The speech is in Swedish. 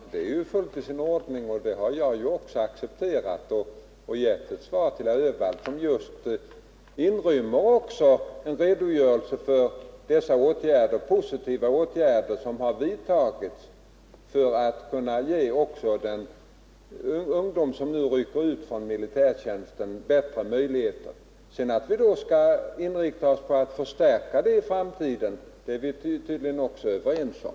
Herr talman! Det är fullt i sin ordning, och det har jag också accepterat. Svaret till herr Öhvall inrymmer också en redogörelse för dessa positiva åtgärder som vidtagits för att också ge bättre möjligheter åt ungdom som rycker ut från militärtjänsten. Att vi skall inrikta oss på att förstärka dessa insatser i framtiden är vi tydligen också överens om.